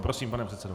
Prosím, pane předsedo.